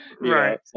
Right